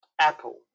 Apple